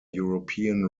european